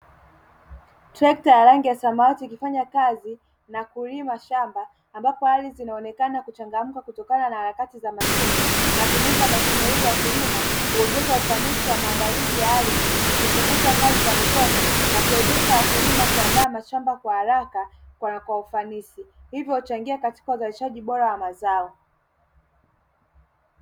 Trekta ya rangi ya samawati ikifanya kazi na kulima shamba; ambapo ardhi zinaonekana kuchangamka kutokana na harakati za mashine. Matumizi ya mashine hii ya kilimo huongeza ufanisi wa maandalizi ya ardhi, kupunguza kazi za mikono, na kuwezesha wakulima kuandaa mashamba kwa haraka kwa ufanisi; hivyo changia katika uzalishaji bora wa mazao.